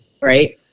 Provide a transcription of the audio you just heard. right